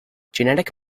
genetic